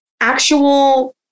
Actual